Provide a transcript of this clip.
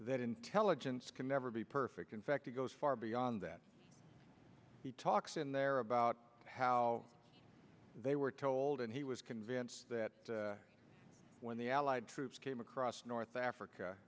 that intelligence can never be perfect in fact it goes far beyond that he talks in there about how they were told and he was convinced that when the allied troops came across north africa